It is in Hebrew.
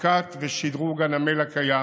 העמקה ושדרוג הנמל הקיים.